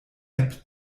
app